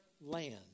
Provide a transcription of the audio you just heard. land